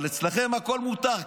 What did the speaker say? אבל אצלכם הכול מותר.